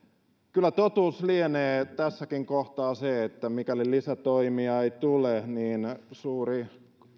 kyllä totuus lienee tässäkin kohtaa se että mikäli lisätoimia ei tule niin suuri